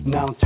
Now